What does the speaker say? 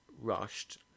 rushed